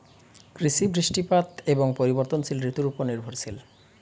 কৃষি বৃষ্টিপাত এবং পরিবর্তনশীল ঋতুর উপর নির্ভরশীল